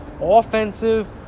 offensive